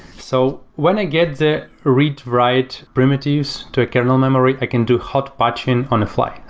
so when i get the read write primitives to a kernel memory, i can do hot batching on a fly.